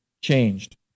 changed